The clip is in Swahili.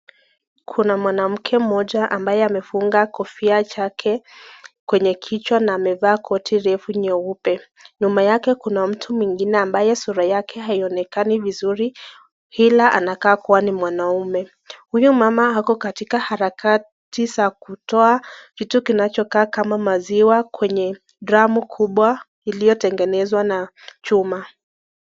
Kuna mwanamke mmoja ambaye amefunga kofia chake kwenye kichwa na amevaa koti refu nyeupe. Nyuma yake kuna mtu mwingine ambaye sura yake haionekani vizuri ila anakaa kuwa ni mwanaume. Huyu mama ako katika harakati za kutoa kitu kinachokaa kama maziwa kwenye dramu kubwa iliyotengenezwa na chuma.